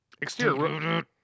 Exterior